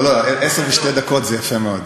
לא, 10:02 זה יפה מאוד.